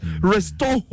Restore